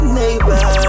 neighbor